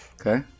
Okay